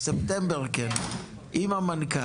בספטמבר כן עם המנכ"ל.